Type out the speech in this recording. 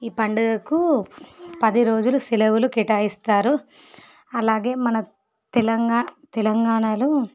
ఈ పండుగకు పది రోజులు సెలవులు కేటాయిస్తారు అలాగే మన తెలంగా తెలంగాణలో